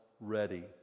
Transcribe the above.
ready